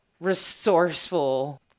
resourceful